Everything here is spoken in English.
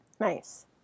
Nice